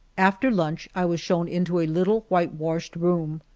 after lunch i was shown into a little whitewashed room,